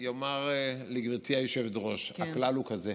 אני אומר לגברתי היושבת-ראש, הכלל הוא כזה